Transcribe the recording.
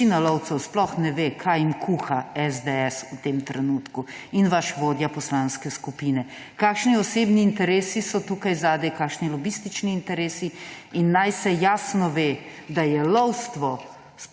Večina lovcev sploh ne ve, kaj jim kuha SDS v tem trenutku in vaš vodja poslanske skupine, kakšni osebni interesi so tukaj zadaj, kakšni lobistični interesi. Naj se jasno ve, da je lovstvo